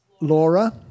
Laura